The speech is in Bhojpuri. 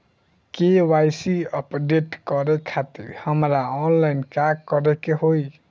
के.वाइ.सी अपडेट करे खातिर हमरा ऑनलाइन का करे के होई?